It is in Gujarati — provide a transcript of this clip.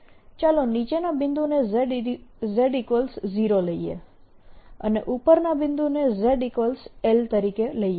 ચાલો નીચલા બિંદુને z0 લઈએ ચાલો ઉપલા બિંદુને zL તરીકે લઈએ